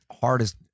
hardest